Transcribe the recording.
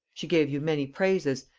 she gave you many praises,